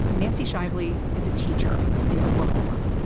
nancy shively is a teacher in oklahoma.